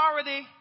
authority